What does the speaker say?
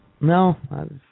No